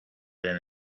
than